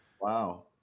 Wow